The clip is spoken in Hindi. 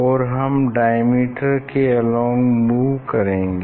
और हम डायमीटर के अलोंग मूव करेंगे